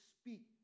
speak